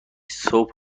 صبح